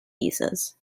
visas